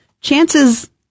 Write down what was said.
chances